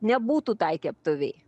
nebūtų tai keptuvei